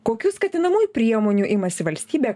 kokių skatinamųjų priemonių imasi valstybė